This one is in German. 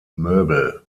möbel